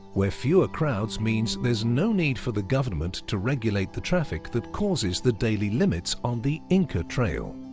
where fewer crowds means there's no need for the government to regulate the traffic that causes the daily limits on the inca trail.